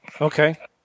Okay